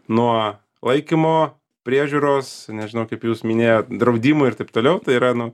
nuo laikymo priežiūros nežinau kaip jūs minėjot draudimų ir taip toliau tai yra nu